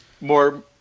More